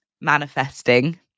manifesting